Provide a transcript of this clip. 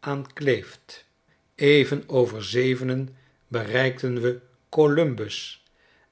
aan kleeft even voor zevenen bereikten we golumb u s